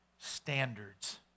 standards